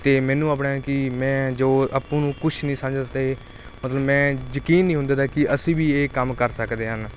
ਅਤੇ ਮੈਨੂੰ ਆਪਣਾ ਹੈ ਕਿ ਮੈਂ ਜੋ ਆਪਾਂ ਨੂੰ ਕੁਛ ਨਹੀਂ ਸਮਝਦੇ ਅਤੇ ਮਤਲਬ ਮੈਂ ਯਕੀਨ ਨਹੀਂ ਹੁੰਦਾ ਕਿ ਅਸੀਂ ਵੀ ਇਹ ਕੰਮ ਕਰ ਸਕਦੇ ਹਨ